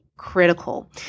critical